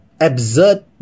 absurd